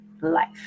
life